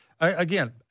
again